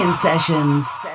sessions